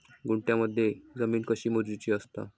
गुंठयामध्ये जमीन कशी मोजूची असता?